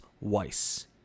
Weiss